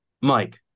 Mike